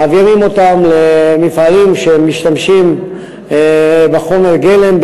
מעבירים אותם למפעלים שמשתמשים בחומר הגלם,